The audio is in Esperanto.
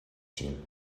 ĝin